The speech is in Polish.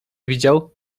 widział